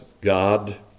God